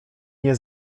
nie